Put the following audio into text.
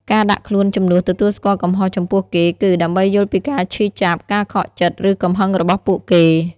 ការដាក់ខ្លួនជំនួសទទួលស្គាល់កំហុសចំពោះគេគឺ ដើម្បីយល់ពីការឈឺចាប់ ការខកចិត្ត ឬកំហឹងរបស់ពួកគេ។